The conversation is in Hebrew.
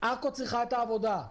עכו צריכה את העבודה,